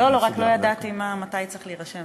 לא, רק לא ידעתי מתי צריך להירשם.